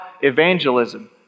evangelism